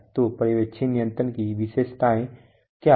तो पर्यवेक्षी नियंत्रण की विशेषताएं क्या हैं